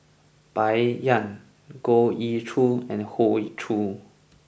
Bai Yan Goh Ee Choo and Hoey Choo